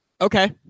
Okay